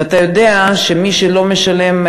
ואתה יודע שמי לא משלם,